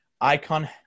ICON